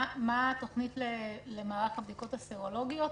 מה התכנית למערך הבדיקות הסרולוגיות,